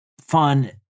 fun